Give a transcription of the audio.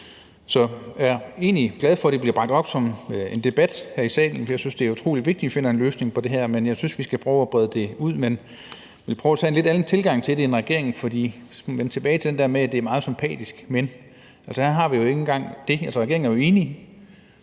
Så jeg er egentlig glad for, at det bliver bragt op som en debat her i salen, for jeg synes, det er utrolig vigtigt, at vi finder en løsning på det her. Jeg synes, vi skal brede det ud, men prøve at tage en lidt anden tilgang til det end regeringens – og dér vender jeg tilbage til det der med, at sige: Det er meget sympatisk, men der et men. Her har vi jo ikke engang det – altså, regeringen er jo enig,